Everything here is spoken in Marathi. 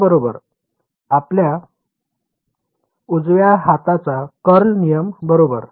z बरोबर आपला उजव्या हाताचा कर्ल नियम बरोबर